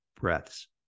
breaths